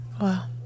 Wow